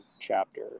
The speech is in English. chapter